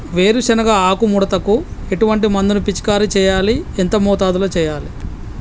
వేరుశెనగ ఆకు ముడతకు ఎటువంటి మందును పిచికారీ చెయ్యాలి? ఎంత మోతాదులో చెయ్యాలి?